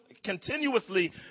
Continuously